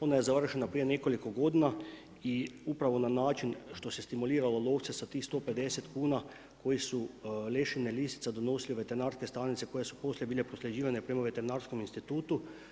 Ona je završena prije nekoliko godina i upravo na način što se stimuliralo lovce sa tih 150 kuna koje su lešine lisica donosile u veterinarske stanice koje su poslije bile prosljeđivane prema veterinarskom institutu.